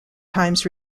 times